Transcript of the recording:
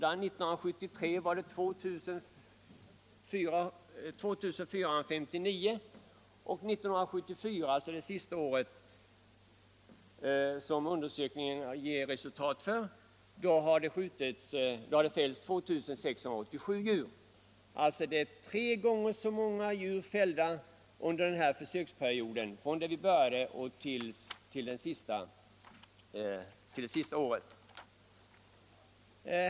1973 var det 2459, och 1974 som är det sista året undersökningen redovisar fälldes 2687 djur. Från försöksperiodens början har antalet djur som fällts alltså ökat till tre gånger så många under det sista året.